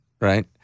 right